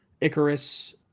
Icarus